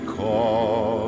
call